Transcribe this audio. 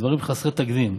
דברים חסרי תקדים.